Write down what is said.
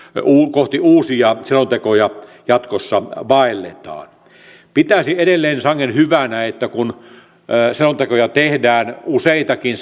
kohti uusia selontekoja jatkossa vaelletaan pitäisin edelleen sangen hyvänä että kun samaan aikaan tehdään useitakin